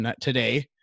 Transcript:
today